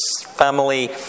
family